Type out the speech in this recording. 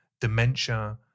dementia